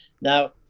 Now